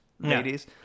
ladies